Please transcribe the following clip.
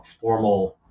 formal